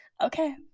Okay